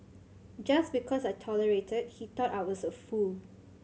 just because I tolerated he thought I was a fool